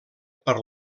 per